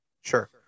Sure